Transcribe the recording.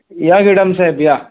या घीडम साहेब या